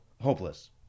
Hopeless